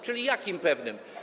Czyli jakim pewnym?